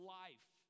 life